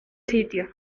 sitio